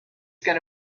gonna